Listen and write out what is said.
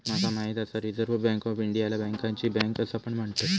माका माहित आसा रिझर्व्ह बँक ऑफ इंडियाला बँकांची बँक असा पण म्हणतत